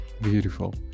beautiful